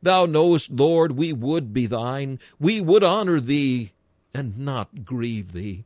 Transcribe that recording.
thou knowest lord, we would be thine we would honor the and not grieve thee